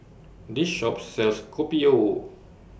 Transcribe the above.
This Shop sells Kopi O